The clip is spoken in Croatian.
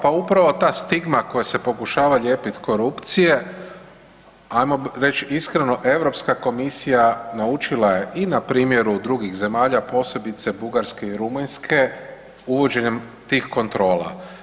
Pa upravo ta stigma koja se pokušava lijepit korupcije ajmo reći iskreno Europska komisija naučila je i na primjeru drugih zemalja posebice Bugarske i Rumunjske uvođenjem tih kontrola.